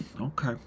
Okay